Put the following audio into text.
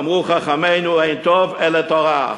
ואמרו חכמינו: "אין טוב אלא תורה".